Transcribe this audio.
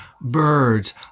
birds